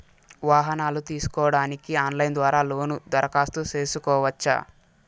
వాహనాలు తీసుకోడానికి ఆన్లైన్ ద్వారా లోను దరఖాస్తు సేసుకోవచ్చా?